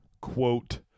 quote